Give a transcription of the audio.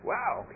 Wow